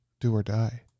do-or-die